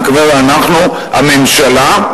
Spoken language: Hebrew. אני מתכוון "אנחנו" הממשלה,